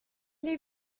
les